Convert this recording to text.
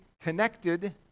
connected